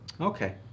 Okay